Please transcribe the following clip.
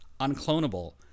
unclonable